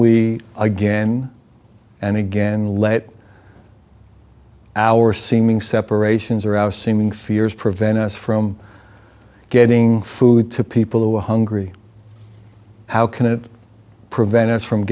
we again and again let our seeming separations or our seeming fears prevent us from getting food to people who are hungry how can it prevent us from